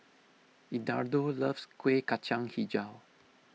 Eduardo loves Kueh Kacang HiJau